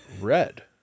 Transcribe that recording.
Red